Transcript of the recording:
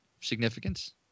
significance